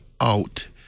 out